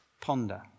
Ponder